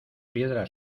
piedra